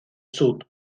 sud